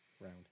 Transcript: Round